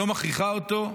היא לא מכריחה אותו,